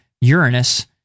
Uranus